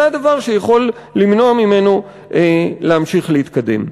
זה הדבר שיכול למנוע ממנו להמשיך להתקדם.